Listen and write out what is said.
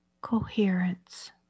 coherence